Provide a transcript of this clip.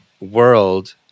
World